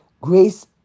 grace